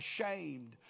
ashamed